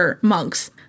monks